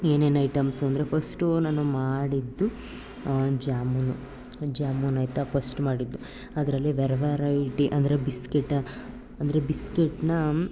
ಏನೇನು ಐಟಮ್ಸು ಅಂದರೆ ಫಸ್ಟೂ ನಾನು ಮಾಡಿದ್ದು ಜಾಮೂನು ಜಾಮೂನ್ ಆಯಿತಾ ಫಸ್ಟ್ ಮಾಡಿದ್ದು ಅದರಲ್ಲಿ ವೆರ್ ವೆರೈಟಿ ಅಂದರೆ ಬಿಸ್ಕೆಟ್ ಅಂದರೆ ಬಿಸ್ಕೆಟ್ನಾ